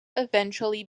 eventually